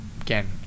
Again